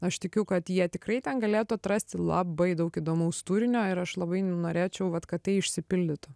aš tikiu kad jie tikrai ten galėtų atrasti labai daug įdomaus turinio ir aš labai norėčiau vat kad tai išsipildytų